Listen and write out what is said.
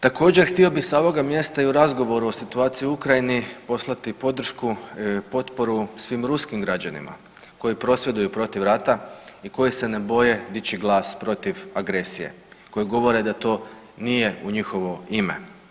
Također htio bih sa ovoga mjesta i u razgovoru o situaciji u Ukrajini poslati podršku potporu svim ruskim građanima koji prosvjeduju protiv rata i koji se ne boje dići glas protiv agresije, koji govore da to nije u njihovo ime.